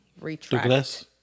retract